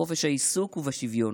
בחופש העיסוק ובשוויון,